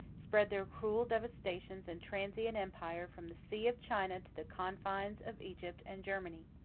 spread their cruel devastations and transient empire from the sea of china, to the confines of egypt and germany.